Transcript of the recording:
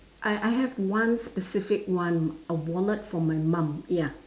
I I have one specific one a wallet from my mom ya